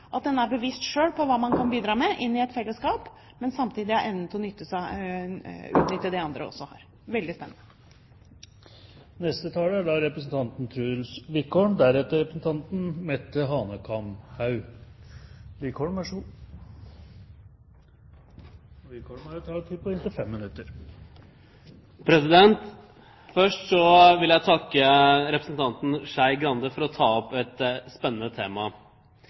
at man er bevisst hva man selv kan bidra med i et fellesskap, men samtidig er evnen til å utnytte det andre også veldig spennende. Først vil jeg takke representanten Skei Grande for å ta opp et spennende tema.